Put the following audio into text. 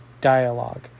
dialogue